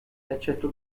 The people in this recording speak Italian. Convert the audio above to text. eccetto